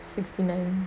sixty nine